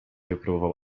wypróbował